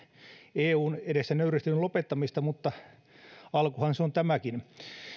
eun edessä nöyristelyn lopettamista mutta alkuhan se on tämäkin